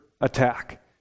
attack